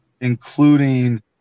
including